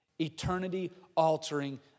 eternity-altering